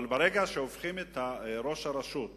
אבל ברגע שהופכים את ראש הרשות האחראי,